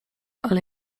ale